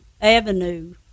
avenue